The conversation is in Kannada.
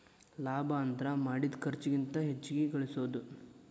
ಲಾಭ ಅಂದ್ರ ಮಾಡಿದ್ ಖರ್ಚಿಗಿಂತ ಹೆಚ್ಚಿಗಿ ಗಳಸೋದು